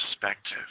perspective